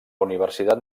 universitat